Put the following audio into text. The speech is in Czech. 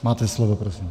Máte slovo, prosím.